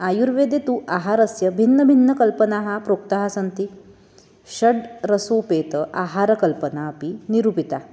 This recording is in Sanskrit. आयुर्वेदे तु आहारस्य भिन्नभिन्नकल्पनाः प्रोक्ताः सन्ति षड्रसोपेता आहारकल्पनापि निरूपिता